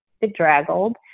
bedraggled